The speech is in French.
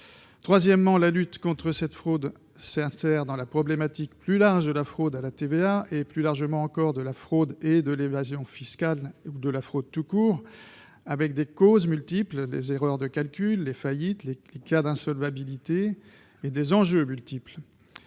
Troisièmement, la lutte contre la fraude à la TVA transfrontalière s'insère dans la problématique plus vaste de la fraude à la TVA et, plus largement, de la fraude et de l'évasion fiscales, ou de la fraude tout court, avec des causes multiples- les erreurs de calcul, les faillites, les cas d'insolvabilité -et des enjeux multiples.